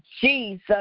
Jesus